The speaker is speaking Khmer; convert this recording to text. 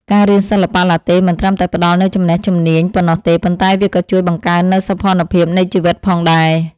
ការរៀនសិល្បៈឡាតេមិនត្រឹមតែផ្តល់នូវចំណេះជំនាញប៉ុណ្ណោះទេ ប៉ុន្តែវាក៏ជួយបង្កើននូវសោភ័ណភាពនៃជីវិតផងដែរ។